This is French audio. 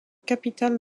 capitale